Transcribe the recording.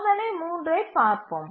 சோதனை 3 ஐப் பார்ப்போம்